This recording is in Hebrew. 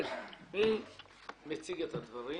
מי מציג את הדברים?